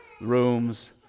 rooms